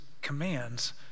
commands